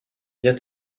bien